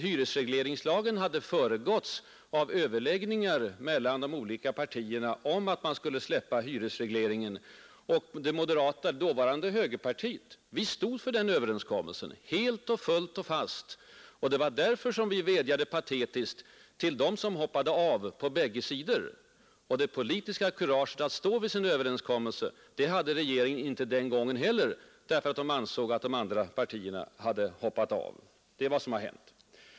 Hyresregleringslagen hade nämligen föregåtts av överläggningar mellan de olika partierna om att man skulle släppa hyresregleringen, och de moderata — dåvarande högerpartiet — stod för den överenskommelsen helt och fullt och fast. Det var därför som ni patetiskt vädjade till dem som hoppade av på bägge sidor. Och det politiska kuraget att stå vid sin överenskommelse, det hade regeringen inte den gången heller, därför att den ansåg att de andra partierna hade hoppat av. Det är vad som hände.